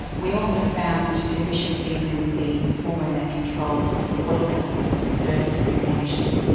we also found deficiencies in the hormone that controls water balance and thirst and urination.